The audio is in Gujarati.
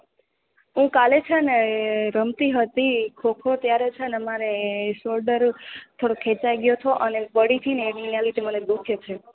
હું કાલે છે ને રમતી હતી ખોખો ત્યારે છે ને મારે શોલ્ડર થોડો ખેંચાઈ ગયો તો અને પડી તી એની લીધે મને દુખે છે